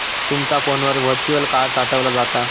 तुमचा फोनवर virtual card साठवला जाता